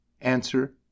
Answer